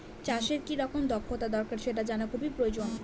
চাষের কি রকম দক্ষতা দরকার সেটা জানা খুবই প্রয়োজন